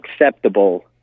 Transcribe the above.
acceptable